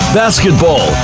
basketball